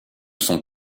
sont